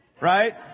right